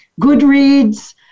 Goodreads